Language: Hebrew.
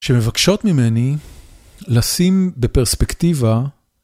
שמבקשות ממני לשים בפרספקטיבה...